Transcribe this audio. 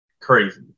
crazy